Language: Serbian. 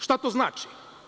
Šta to znači?